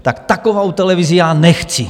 Tak takovou televizi já nechci!